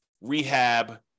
rehab